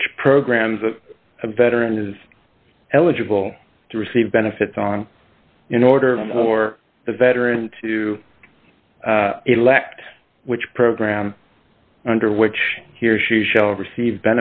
which programs of a veteran is eligible to receive benefits on in order for the veteran to elect which program under which he or she shall receive